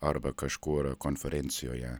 arba kažkur konferencijoje